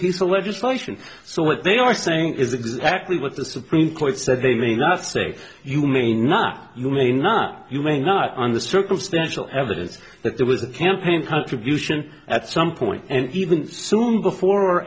piece of legislation so what they are saying is exactly what the supreme court said they mean last say you may not you may not you may not under circumstantial evidence that there was a campaign contribution at some point and even soon before or